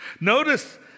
Notice